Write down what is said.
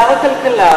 שר הכלכלה,